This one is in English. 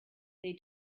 they